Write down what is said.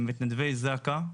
מתנדבי זק"א,